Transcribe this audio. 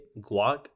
guac